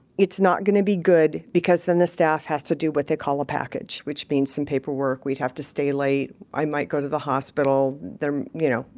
it's not gonna be good, because then the staff has to do what they call a package, which means some paperwork, we'd have to stay late, i might go to the hospital, you know.